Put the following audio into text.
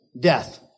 death